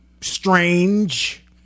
strange